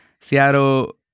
Seattle